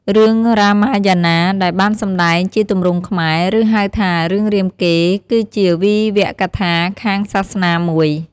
រឿង រ៉ាម៉ាយ៉ាណា ដែលបានសម្ដែងជាទម្រង់ខ្មែរ ឬ ហៅថារឿងរាមកេរ្តិ៍គឺជាវីវកថាខាងសាសនាមួយ។